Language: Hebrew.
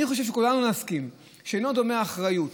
אני חושב שכולנו נסכים שלא דומה האחריות